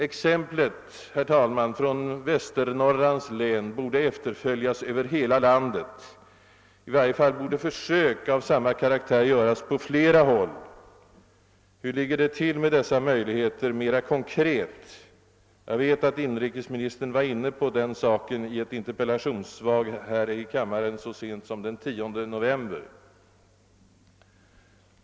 Det bekanta exemplet från Västernorrlands län borde, herr talman, efterföljas över hela landet. I varje fall borde försök av samma karaktär göras på flera håll. Hur ligger det till med dessa möjligheter mera konkret? Jag vet att inrikesministern var inne på saken i ett interpellationssvar här i kammaren så sent som den 10 november.